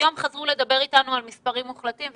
היום חזרו לדבר אתנו על מספרים מוחלטים,